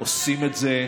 עושים את זה,